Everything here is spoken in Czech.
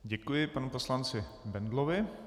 Děkuji panu poslanci Bendlovi.